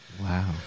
wow